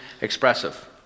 expressive